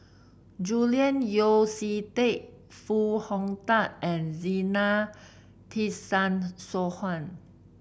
Julian Yeo See Teck Foo Hong Tatt and Zena Tessensohn